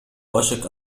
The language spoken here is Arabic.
وشك